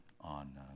on